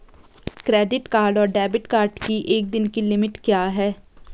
Credit card और debit card की एक दिन की लिमिट क्या है?